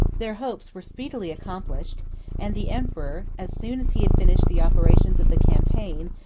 their hopes were speedily accomplished and the emperor, as soon as he had finished the operations of the campaign,